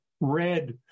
red